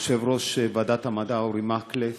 יושב-ראש ועדת המדע אורי מקלב,